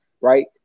right